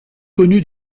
connu